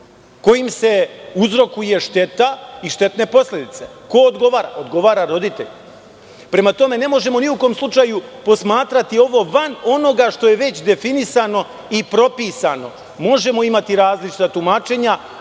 kojim se uzrokuje šteta i štetne posledice. Ko odgovara? Odgovara roditelj. Prema tome, ne možemo ni u kom slučaju posmatrati ovo van onoga što je već definisano i propisano. Možemo imati različita tumačenja,